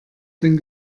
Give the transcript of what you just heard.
den